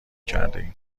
کردهایم